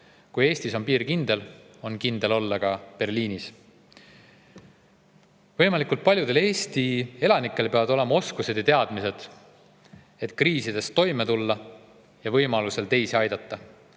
Kui Eestis on piir kindel, on kindel olla ka Berliinis. Võimalikult paljudel Eesti elanikel peavad olema oskused ja teadmised, et kriisides toime tulla ja võimaluse korral teisi aidata.